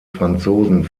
franzosen